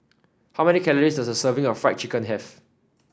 how many calories does a serving of Fried Chicken have